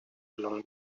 along